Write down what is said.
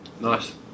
Nice